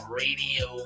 radio